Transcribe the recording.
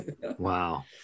Wow